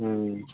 ह्म्म